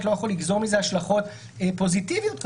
לא יכול לגזור מזה השלכות פוזיטיביות כמובן,